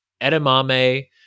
edamame